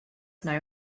know